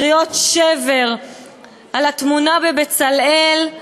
קריאות שבר על התמונה ב"בצלאל".